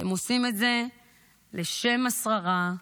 אתם עושים את זה בשם השררה,